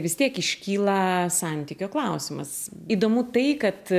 vis tiek iškyla santykio klausimas įdomu tai kad